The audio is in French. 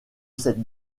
cette